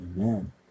Amen